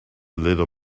little